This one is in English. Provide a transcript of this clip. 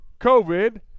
covid